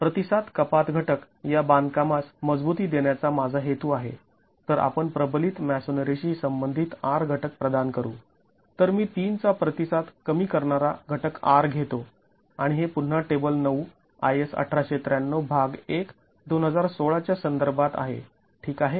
प्रतिसाद कपात घटक या बांधकामास मजबुती देण्याचा माझा हेतू आहे तर आपण प्रबलित मॅसोनरीशी संबंधित R घटक प्रदान करू तर मी ३ चा प्रतिसाद कमी करणारा घटक R घेतो आणि हे पुन्हा टेबल ९ IS १८९३ भाग १ २०१६ च्या संदर्भात आहे ठीक आहे